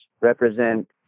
represent